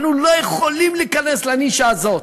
אנחנו לא יכולים להיכנס לנישה הזאת.